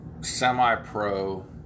semi-pro